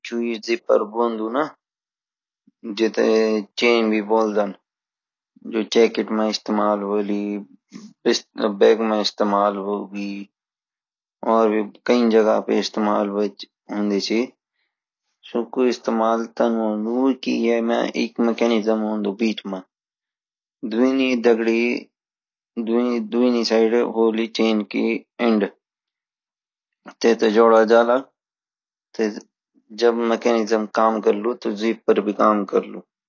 जिपर होन्दु जेते चैन भी बिलदा छा जो जैकेट माँ इस्तेमाल होली बैग मई होली और भी कई जगह पाई इस्तेमाल होंदी ची सु का इस्तेमाल तन होन्दु की येमा एक मैकेनिज्म होन्दु बिच मां दुनू साइड होली चैन की एन्ड तेते जोड़ा जला जबमकानिस्म काम करलु तो जिपर भी काम करलु